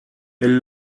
elle